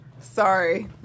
sorry